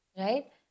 Right